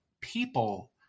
people